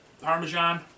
Parmesan